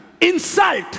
insult